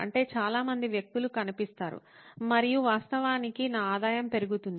అంటే చాలా మంది వ్యక్తులు కనిపిస్తారు మరియు వాస్తవానికి నా ఆదాయం పెరుగుతుంది